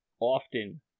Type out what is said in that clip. often